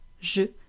Je